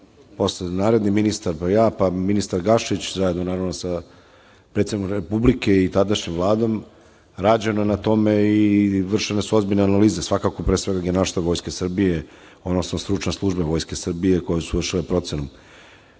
posle narodni ministar, pa ministar Gašić, naravno sa predsednikom Republike i tadašnjom Vladom, rađeno na tome i vršene su ozbiljne analize, svakako pre svega u General štabu vojske Srbije, odnosno stručne službe Vojske Srbije koje su izvršile procenu,